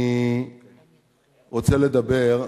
אני רוצה לדבר,